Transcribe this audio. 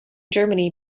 germany